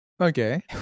Okay